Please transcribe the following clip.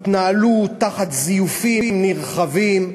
התנהלו תחת זיופים נרחבים,